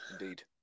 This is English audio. Indeed